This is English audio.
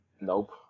Nope